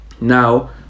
now